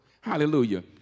Hallelujah